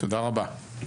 תודה רבה.